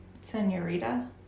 Senorita